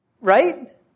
Right